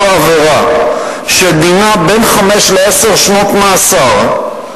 עבירה שדינה בין חמש לעשר שנות מאסר,